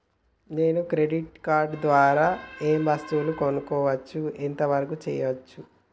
నేను credit card ద్వారా ఏం వస్తువులు కొనుక్కోవచ్చు ఎంత వరకు చేయవచ్చు?